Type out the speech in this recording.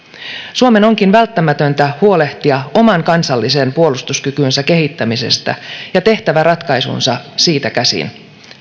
suomen onkin välttämätöntä huolehtia oman kansallisen puolustuskykynsä kehittämisestä ja tehtävä ratkaisunsa siitä käsin